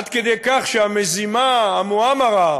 עד כדי כך שהמזימה, "המואאמרה",